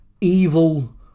evil